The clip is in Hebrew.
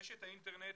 רשת האינטרנט,